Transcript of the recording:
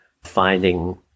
finding